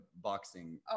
boxing